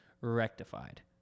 rectified